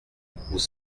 vous